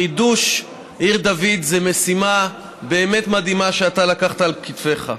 חידוש עיר דוד זה משימה באמת מדהימה שאתה לקחת על כתפיך.